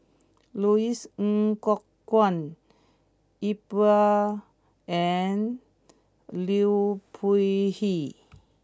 Louis Ng Kok Kwang Iqbal and Liu Peihe